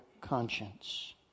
conscience